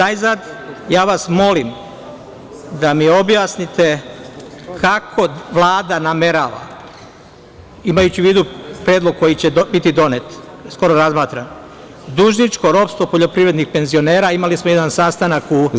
Najzad, ja vas molim da mi objasnite kako Vlada namerava, imajući u vidu predlog koji će biti donet, skoro je razmatran, dužničko ropstvo poljoprivrednih penzionera, imali smo jedan sastanak u republičkoj Vladi…